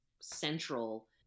central